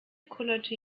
kullerte